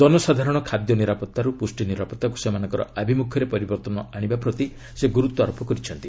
ଜନସାଧାରଣ ଖାଦ୍ୟ ନିରାପତ୍ତାରୁ ପୁଷ୍ଟି ନିରାପତ୍ତାକୁ ସେମାନଙ୍କର ଆଭିମୁଖ୍ୟରେ ପରିବର୍ତ୍ତନ ଆଶିବା ପ୍ରତି ସେ ଗୁରୁତ୍ୱ ଆରୋପ କରିଛନ୍ତି